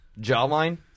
jawline